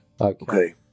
Okay